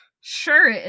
Sure